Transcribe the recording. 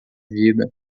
vida